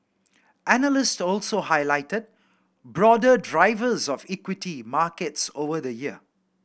analysts also highlighted broader drivers of equity markets over the year